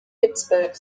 pittsburgh